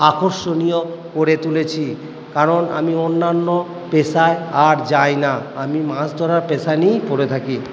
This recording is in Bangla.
আকর্ষণীয় করে তুলেছি কারণ আমি অন্যান্য পেশায় আর যাই না আমি মাছ ধরার পেশা নিয়েই পড়ে থাকি